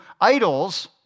idols